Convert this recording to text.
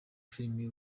filime